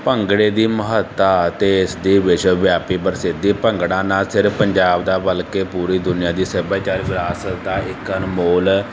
ਭੰਗੜੇ ਦੀ ਮਹੱਤਤਾ ਅਤੇ ਇਸ ਦੀ ਵਿਸ਼ਵ ਵਿਆਪੀ ਪ੍ਰਸਿੱਧੀ ਭੰਗੜਾ ਨਾ ਸਿਰਫ਼ ਪੰਜਾਬ ਦਾ ਬਲਕਿ ਪੂਰੀ ਦੁਨੀਆਂ ਦੀ ਸੱਭਿਆਚਾਰ ਵਿਰਾਸਤ ਦਾ ਇੱਕ ਅਨਮੋਲ